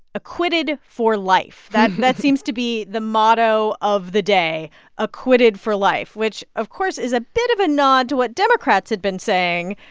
acquitted for life that that seems to be the motto of the day acquitted for life, which, of course, is a bit of a nod to what democrats had been saying,